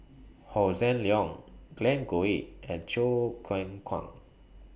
Hossan Leong Glen Goei and Choo Keng Kwang